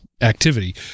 activity